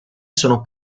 sono